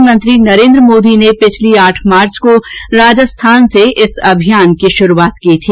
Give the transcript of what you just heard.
प्रधानमंत्री नरेन्द्र मोदी ने गत आठ मार्च को राजस्थान से इस अभियान की शुरूआत की थी